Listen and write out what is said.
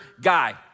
guy